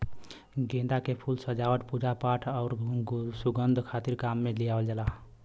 गेंदा के फूल सजावट, पूजापाठ आउर सुंगध खातिर काम में लियावल जाला